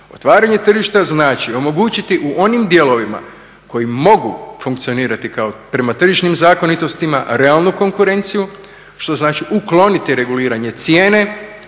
Otvaranje tržišta znači omogućiti u onim dijelovima koji mogu funkcionirati kao prema tržišnim zakonitostima realnu konkurenciju, što znači ukloniti reguliranje cijene,